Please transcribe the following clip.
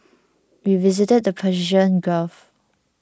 we visited the Persian Gulf